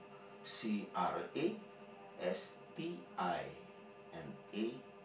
C R A S T I N A